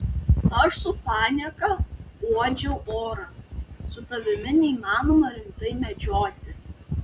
aš su panieka uodžiau orą su tavimi neįmanoma rimtai medžioti